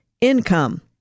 income